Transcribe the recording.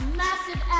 massive